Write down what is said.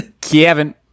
kevin